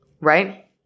right